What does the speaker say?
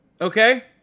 Okay